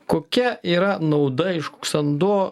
kokia yra nauda iš kuksando